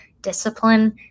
discipline